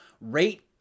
rate